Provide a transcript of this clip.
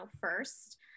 first